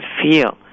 feel